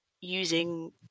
using